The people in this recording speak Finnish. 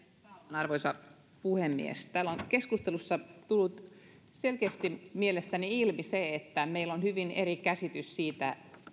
arvoisa puhemies täällä on keskustelussa tullut mielestäni selkeästi ilmi se että meillä on hyvin eri käsitys siitä